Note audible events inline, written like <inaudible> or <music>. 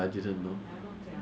<noise> I don't think it's worth it